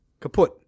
kaput